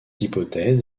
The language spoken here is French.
hypothèse